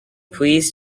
please